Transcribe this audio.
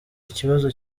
ikibazo